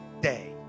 day